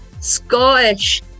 Scottish